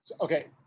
Okay